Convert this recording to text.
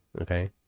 okay